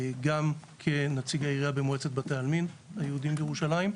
גם כנציג העירייה של מועצת בתי העלמין בירושלים ליהודים בירושלים,